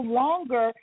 longer